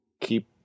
keep